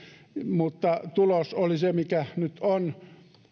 mutta tulos oli se mikä nyt on että